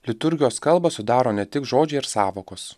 liturgijos kalbą sudaro ne tik žodžiai ir sąvokos